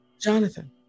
Jonathan